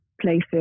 places